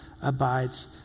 abides